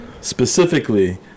specifically